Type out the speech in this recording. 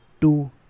two